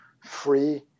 free